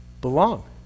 belong